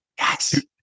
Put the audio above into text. Yes